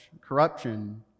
corruption